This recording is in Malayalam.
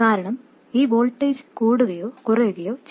കാരണം ഈ വോൾട്ടേജ് കൂടുകയോ കുറയുകയോ ചെയ്യും